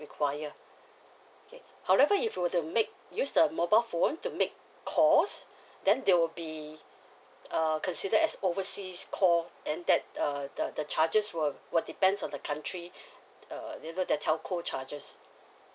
require okay however if you were to make use the mobile phone to make calls then they will be err considered as overseas call and that uh the the charges will will depends on the country uh you know the telco charges